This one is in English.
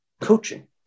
coaching